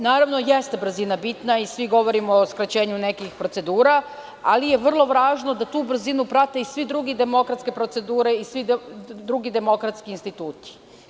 Naravno, jeste brzina bitna i svi govorimo o skraćenju nekih procedura, ali je vrlo važno da tu brzinu prate i sve druge demokratske procedure i svi drugi demokratski instituti.